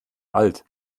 alt